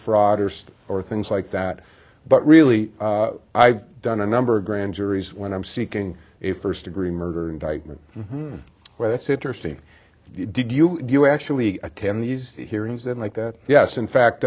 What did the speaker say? fraud or stuff or things like that but really i've done a number of grand juries when i'm seeking a first degree murder indictment where that's interesting you did you do you actually attend these hearings and like that yes in fact